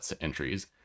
entries